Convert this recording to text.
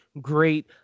great